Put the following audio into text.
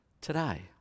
today